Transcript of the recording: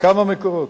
קמה "מקורות".